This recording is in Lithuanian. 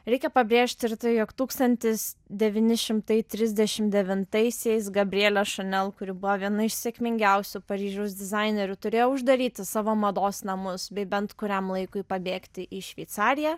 reikia pabrėžti ir tai jog tūkstantis devyni šimtai trisdešim devintaisiais gabrielė chanel kuri buvo viena iš sėkmingiausių paryžiaus dizainerių turėjo uždaryti savo mados namus bei bent kuriam laikui pabėgti į šveicariją